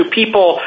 people